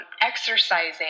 exercising